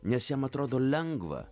nes jam atrodo lengva